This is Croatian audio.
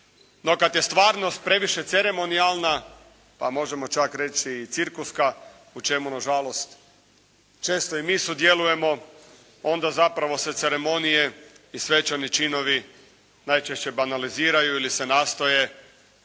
No, kad je stvarnost previše ceremonijalna pa možemo čak reći i cirkuska u čemu nažalost često i mi sudjelujemo, onda zapravo se ceremonije i svečani činovi najčešće banaliziraju ili se nastoje